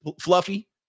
fluffy